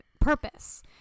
purpose